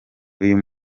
uyu